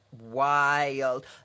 Wild